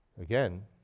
again